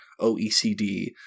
OECD